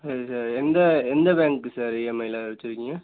சரி சார் எந்த எந்த பேங்க்குக்கு சார் இஎம்ஐயில வச்சுருக்கீங்க